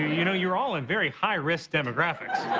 you know you're all in very high risk demographics.